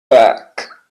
back